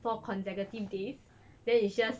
four consecutive days then it's just